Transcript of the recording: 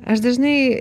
aš dažnai